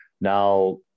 Now